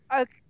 okay